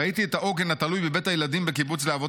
ראיתי את העוגן התלוי בבית הילדים בקיבוץ להבות